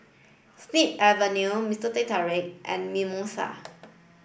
snip Avenue Mister Teh Tarik and Mimosa